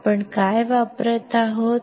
आपण काय वापरत आहोत